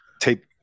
tape